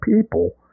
people